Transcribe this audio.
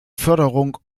förderung